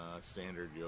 standard